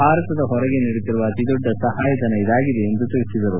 ಭಾರತದ ಹೊರಗೆ ನೀಡುತ್ತಿರುವ ಅತಿ ದೊಡ್ಡ ಸಹಾಯಧನ ಇದಾಗಿದೆ ಎಂದು ಹೇಳಿದರು